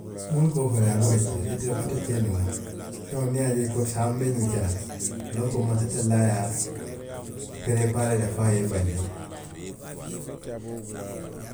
Moolu ka wo fo le a buka ke, i te a te kee noo la, feŋo niŋ i ye a je i ko saama n be ñiŋ kela, a loŋ ko mansa tallaa ye a pereepaaree le fo a ye i bandii